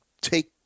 take